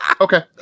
Okay